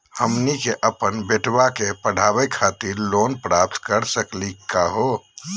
हमनी के अपन बेटवा क पढावे खातिर लोन प्राप्त कर सकली का हो?